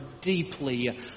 deeply